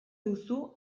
duzu